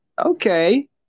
Okay